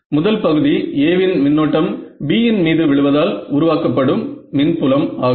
முதல் பகுதி A இன் மின்னோட்டம் B இன் மீது விழுவதால் உருவாக்கப்படும் மின்புலம் ஆகும்